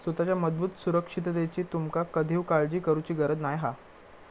सुताच्या मजबूत सुरक्षिततेची तुमका कधीव काळजी करुची गरज नाय हा